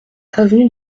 avenue